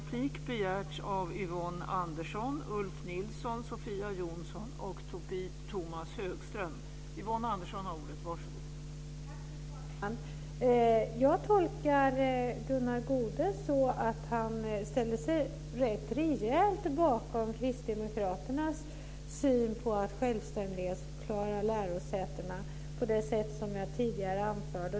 Fru talman! Jag tolkar Gunnar Goude så att han ställer sig bakom Kristdemokraternas syn på att självständighetsförklara lärosätena på det sätt som jag tidigare anförde.